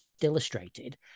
illustrated